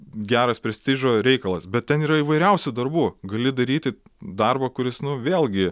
geras prestižo reikalas bet ten yra įvairiausių darbų gali daryti darbą kuris nu vėlgi